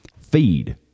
Feed